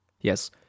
Yes